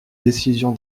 décision